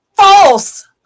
false